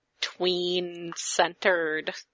tween-centered